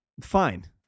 fine